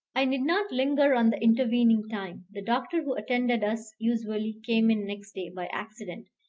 i need not linger on the intervening time. the doctor who attended us usually, came in next day by accident,